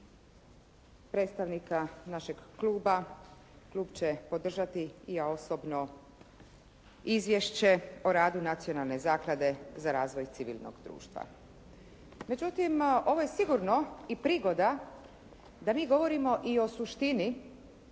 predstavnika našeg kluba, klub će podržati izvješće o radu Nacionalne zaklade za razvoj civilnog društva. Međutim, ovo je sigurno i prigoda da mi govorimo i o suštini